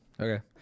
Okay